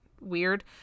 weird